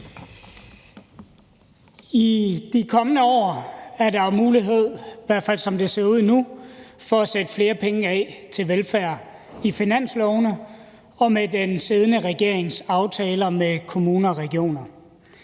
fald som det ser ud nu – for at sætte flere penge af til velfærd på finanslovene og til den siddende regerings aftaler med kommuner og regioner.